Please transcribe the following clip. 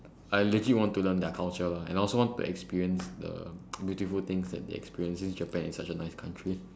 I legit want to learn their culture lah and also want to experience the beautiful things that they experience since Japan is such a nice country